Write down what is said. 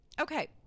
Okay